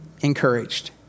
encouraged